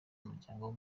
umuryango